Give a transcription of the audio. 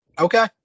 Okay